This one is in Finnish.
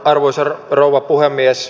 arvoisa rouva puhemies